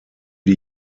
die